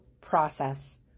process